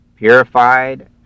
purified